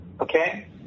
okay